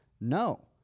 No